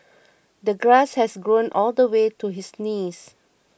the grass had grown all the way to his knees